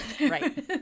Right